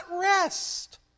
rest